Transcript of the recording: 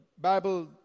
Bible